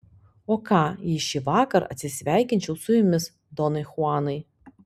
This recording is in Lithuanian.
o ką jei šįvakar atsisveikinčiau su jumis donai chuanai